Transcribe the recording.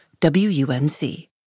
WUNC